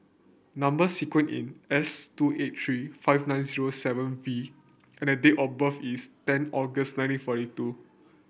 number sequence is S two eight three five nine zero seven V and date of birth is ten August nineteen forty two